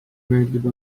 meeldib